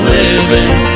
living